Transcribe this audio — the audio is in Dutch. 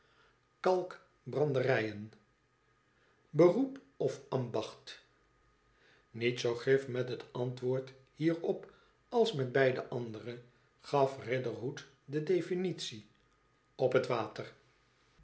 kalkbranderijen beroep of ambacht niet zoo grif met het antwoord hierop als met de beide andere gaf riderhood de definitie op het water